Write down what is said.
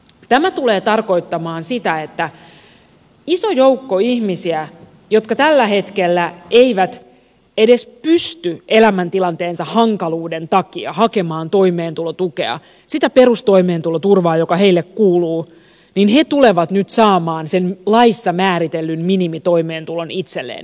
tämä tulee tarkoittamaan sitä että iso joukko ihmisiä jotka tällä hetkellä eivät edes pysty elämäntilanteensa hankaluuden takia hakemaan toimeentulotukea sitä perustoimeentuloturvaa joka heille kuuluu tulee nyt saamaan sen laissa määritellyn minimitoimeentulon itselleen